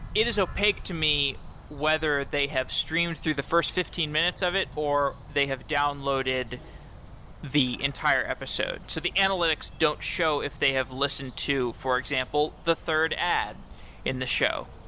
it is opaque to me whether they have streamed through the first fifteen minutes of it or they have downloaded the entire episode. the analytics don't show if they have listened to, for example, the third ad in the show.